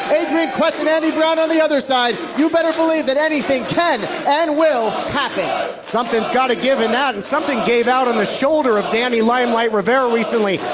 adrian quest and andy brown on the other side. you better believe that anything can and will happen. something's gotta give in that and something gave out on the shoulder of danny limelight rivera recently.